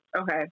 Okay